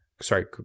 Sorry